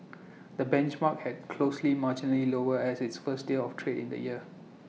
the benchmark had closely marginally lower at its first day of trade in the year